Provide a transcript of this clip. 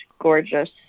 gorgeous